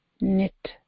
knit